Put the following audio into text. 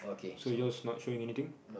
so your's not showing anything